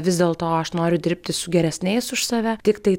vis dėlto aš noriu dirbti su geresniais už save tiktai